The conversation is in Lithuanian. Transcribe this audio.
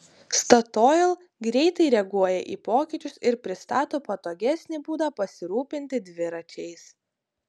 statoil greitai reaguoja į pokyčius ir pristato patogesnį būdą pasirūpinti dviračiais